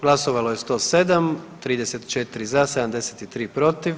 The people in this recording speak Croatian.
Glasovalo je 107, 34 za, 73 protiv.